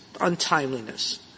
untimeliness